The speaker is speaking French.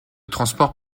transport